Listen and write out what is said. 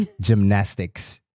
gymnastics